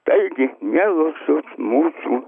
taigi mielosios mūsų